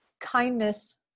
kindness